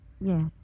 Yes